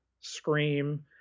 scream